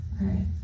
right